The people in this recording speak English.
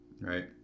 right